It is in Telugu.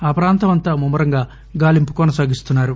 ఆ ప్రాంతం అంతా ముమ్మ రంగా గాలింపు కొనసాగిస్తున్నారు